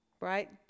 right